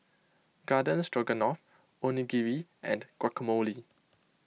Garden Stroganoff Onigiri and Guacamole